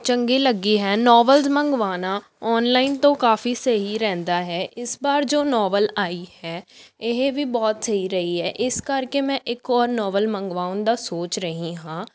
ਚੰਗੀ ਲੱਗੀ ਹੈ ਨੋਵਲਜ਼ ਮੰਗਵਾਉਣਾ ਔਨਲਾਈਨ ਤੋਂ ਕਾਫੀ ਸਹੀ ਰਹਿੰਦਾ ਹੈ ਇਸ ਵਾਰ ਜੋ ਨੋਵਲ ਆਈ ਹੈ ਇਹ ਵੀ ਬਹੁਤ ਸਹੀ ਰਹੀ ਹੈ ਇਸ ਕਰਕੇ ਮੈਂ ਇੱਕ ਔਰ ਨੋਵਲ ਮੰਗਵਾਉਣ ਦਾ ਸੋਚ ਰਹੀ ਹਾਂ